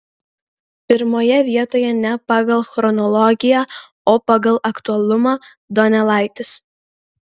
pirmoje vietoje ne pagal chronologiją o pagal aktualumą donelaitis